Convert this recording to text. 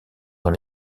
dans